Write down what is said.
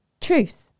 truth